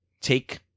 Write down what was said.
take